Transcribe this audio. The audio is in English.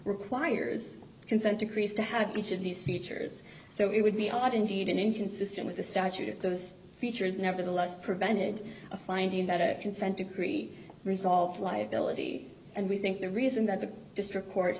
requires consent decrees to have each of these features so it would be odd indeed an inconsistent with the statute if those features nevertheless prevented a finding that a consent decree resolved liability and we think the reason that the district